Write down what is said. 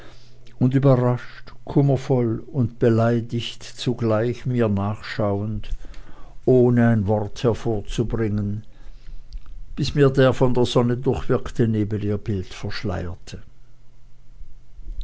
und überrascht kummervoll und beleidigt zugleich mir nachschauend ohne ein wort hervorzubringen bis mir der von der sonne durchwirkte nebel ihr bild verschleierte